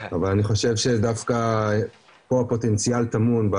אבל אני חושב שדווקא פה הפוטנציאל טמון,